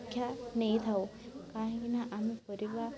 ଶିକ୍ଷା ନେଇଥାଉ କାହିଁକିନା ଆମେ ପରିବା